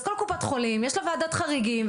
אז לכל קופת חולים יש ועדת חריגים,